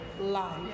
life